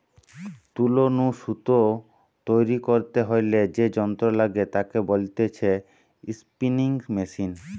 তুলো নু সুতো তৈরী করতে হইলে যে যন্ত্র লাগে তাকে বলতিছে স্পিনিং মেশিন